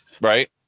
right